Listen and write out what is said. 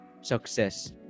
success